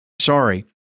Sorry